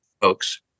folks